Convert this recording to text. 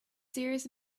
serious